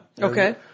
okay